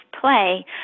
play